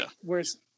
whereas